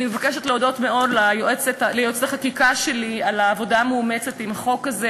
אני מבקשת להודות מאוד ליועצת החקיקה שלי על העבודה המאומצת בחוק הזה,